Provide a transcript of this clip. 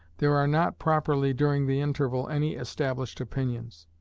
there are not properly, during the interval, any established opinions.